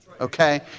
Okay